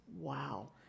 Wow